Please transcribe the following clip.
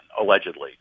allegedly